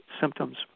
symptoms